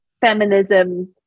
feminism